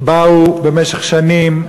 באו במשך שנים,